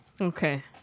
Okay